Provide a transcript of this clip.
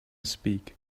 speak